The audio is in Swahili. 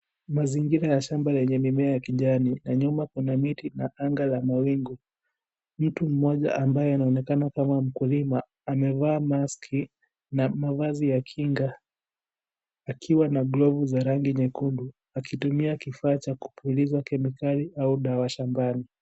Mazingira ya shamba lenye mimea ya kijani na nyuma kuna miti na anga la mawingu . Mtu mmoja ambaye anaonekana kama mkulima amevaa maski na mavazi ya kinga akiwa na glovu za rangi nyekundu akitumia kifaa cha kupuliza kemikali au dawa shambani.